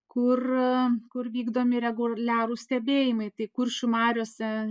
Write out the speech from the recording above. kur kur vykdomi reguliarūs stebėjimai tai kuršių mariose